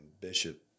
Bishop